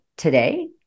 today